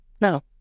No